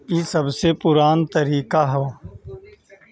ई सबसे पुरान तरीका हअ